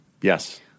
Yes